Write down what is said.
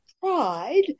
pride